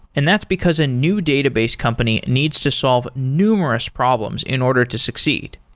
and that's because a new database company needs to solve numerous problems in order to succeed.